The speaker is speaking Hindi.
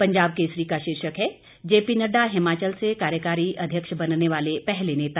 पंजाब केसरी का शीर्षक है जेपी नडडा हिमाचल से कार्यकारी अध्यक्ष बनने वाले पहले नेता